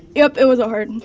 yep, it was hard and